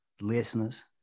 listeners